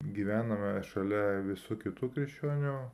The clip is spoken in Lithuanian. gyvename šalia visų kitų krikščionių